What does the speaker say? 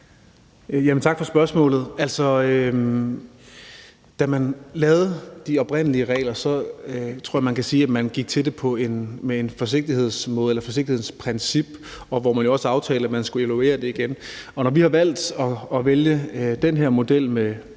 Tak for spørgsmålet. Da man lavede de oprindelige regler, gik man til det med et, tror jeg man kan sige, forsigtighedsprincip, og man aftalte jo også, at man skulle evaluere det igen. Når vi har valgt den her model med